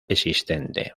existente